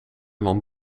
dan